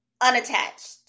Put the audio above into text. unattached